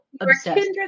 Obsessed